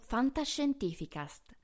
Fantascientificast